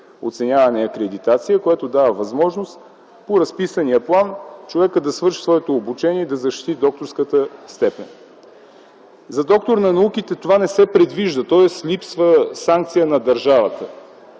оценяване и акредитация, и тя дава възможност по разписания план човекът да завърши своето обучение и да защити докторската степен. За „доктор на науките” това не се предвижда, тоест липсва санкция на държавата.